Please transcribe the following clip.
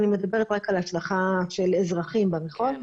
אני מדברת רק על השלכה של אזרחים ברחוב,